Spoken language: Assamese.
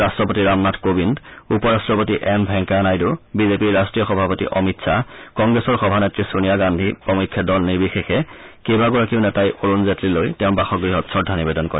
ৰাট্টপতি ৰামনাথ কোৱিন্দ উপৰাট্টপতি এম ভেংকায়া নাইডু বিজেপিৰ ৰাট্টীয় সভাপতি অমিত খাহ কংগ্ৰেছৰ সভানেত্ৰী ছোনীয়া গান্ধী প্ৰমূখ্যে দল নিৰ্বিশেষে কেইবাগৰাকীও নেতাই অৰুণ জেটলীলৈ তেওঁৰ বাসগৃহত শ্ৰদ্ধা নিবেদন কৰে